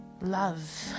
love